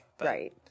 Right